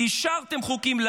השארתם לנו חוקים,